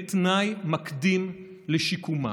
כתנאי מקדים לשיקומה.